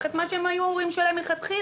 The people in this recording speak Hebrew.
את מה שהן היו אמורות לשלם מלכתחילה.